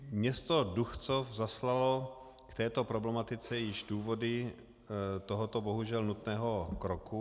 Město Duchcov zaslalo k této problematice již důvody tohoto bohužel nutného kroku.